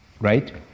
right